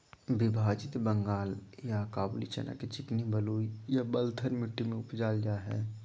विभाजित बंगाल या काबूली चना के चिकनी बलुई या बलथर मट्टी में उपजाल जाय हइ